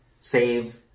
save